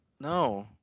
no